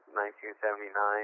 1979